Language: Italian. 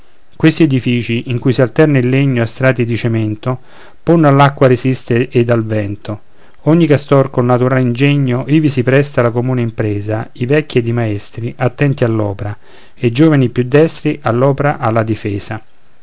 questi edifici in cui si alterna il legno a strati di cemento ponno all'acqua resistere ed al vento ogni castor col natural ingegno ivi si presta alla comune impresa i vecchi ed i maestri attenti all'opra e i giovini più destri all'opra alla difesa